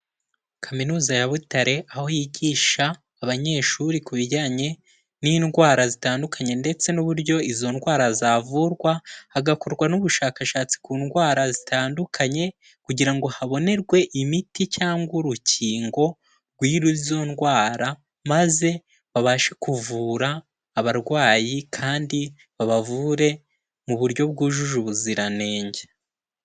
Kaminuza ya Butare aho yigisha abanyeshuri ku bijyanye n'indwara zitandukanye ndetse n'uburyo izo ndwara zavurwa, hagakorwa n'ubushakashatsi ku ndwara zitandukanye kugira ngo habonerwe imiti cyangwa urukingo rw'izo ndwara, maze babashe kuvura abarwayi kandi babavure mu buryo bwujuje ubuziranenge.